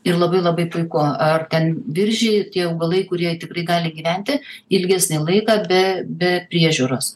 ir labai labai puiku ar ten viržiai tie augalai kurie tikrai gali gyventi ilgesnį laiką be be priežiūros